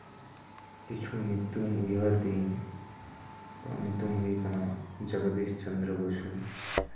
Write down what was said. ᱠᱤᱪᱷᱩ ᱧᱤᱛᱩᱢ ᱩᱭᱦᱟᱹᱨ ᱮᱫᱟᱹᱧ ᱧᱤᱛᱩᱢ ᱦᱩᱭᱩᱜ ᱠᱟᱱᱟ ᱡᱚᱜᱚᱫᱤᱥ ᱪᱚᱱᱫᱽᱨᱚ ᱵᱚᱥᱩ